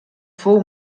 fou